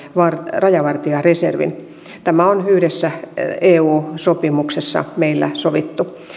rajavartijareservin tämä on yhdessä meillä eu sopimuksessa sovittu